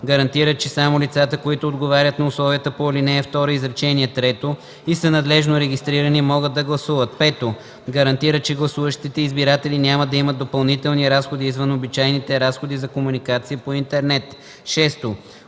гарантира, че само лицата, които отговарят на условията по ал. 2, изречение трето и са надлежно регистрирани могат да гласуват; 5. гарантира, че гласуващите избиратели няма да имат допълнителни разходи извън обичайните разходи за комуникация по интернет; 6.